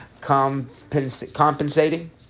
compensating